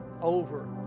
over